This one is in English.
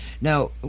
Now